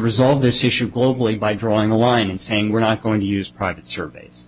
resolve this issue globally by drawing a line and saying we're not going to use private surveys